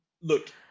look